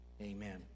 amen